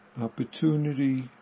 opportunity